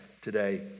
today